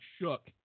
shook